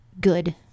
good